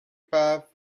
path